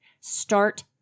Start